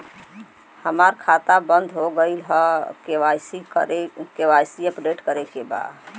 हमार खाता बंद हो गईल ह के.वाइ.सी अपडेट करे के बा?